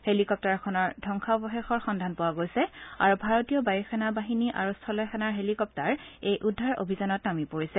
হেলিকপ্তাৰখনৰ ধবংসাৱশেষৰ সন্ধান পোৱা গৈছে আৰু ভাৰতীয় বায়ুসেনা বাহিনী আৰু স্থলসেনাৰ হেলিকপ্তাৰ এই উদ্ধাৰ অভিযানত নামি পৰিছে